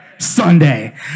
Sunday